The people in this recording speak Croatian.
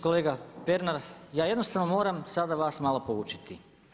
Kolega Pernar, ja jednostavno moram sada vas malo poučiti.